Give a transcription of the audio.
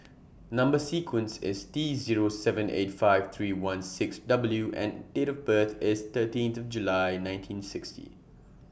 Number sequence IS T Zero seven eight five three one six W and Date of birth IS thirteenth of July nineteen sixty